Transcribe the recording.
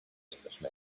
englishman